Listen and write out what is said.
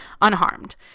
unharmed